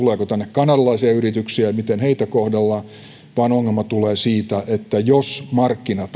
kanadalaisia yrityksiä ja miten heitä kohdellaan vaan ongelma tulee siitä että jos markkinat